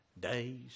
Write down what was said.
days